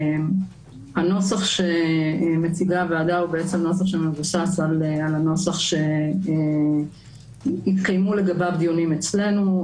הנוסח שמציגה הוועדה מבוסס על הנוסח שהתקיימו לגביו דיונים אצלנו.